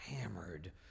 hammered